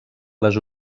les